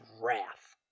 wrath